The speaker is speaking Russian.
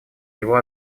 него